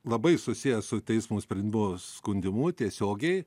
labai susijęs su teismo sprendimo skundimu tiesiogiai